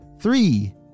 Three